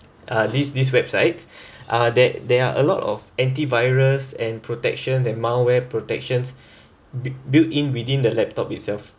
uh these these websites uh there there are a lot of antivirus and protection then malware protections buil~ built in within the laptop itself